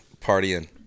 Partying